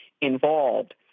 involved